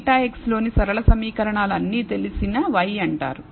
β x లోని సరళ సమీకరణాలు అన్నీ తెలిసిన y అంటారు